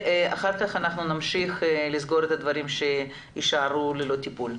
ואחר כך נמשיך לסגור את הדברים שנשארו ללא טיפול.